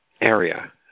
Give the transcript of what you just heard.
area